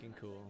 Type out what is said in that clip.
cool